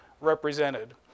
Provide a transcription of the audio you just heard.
represented